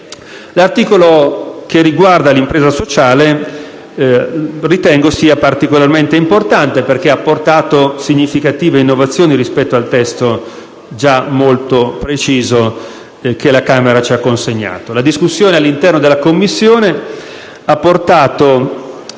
l'articolo che riguarda l'impresa sociale, perché ha portato significative innovazioni rispetto al testo già molto preciso che la Camera ci ha consegnato. La discussione all'interno della Commissione ha portato